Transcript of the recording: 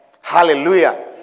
Hallelujah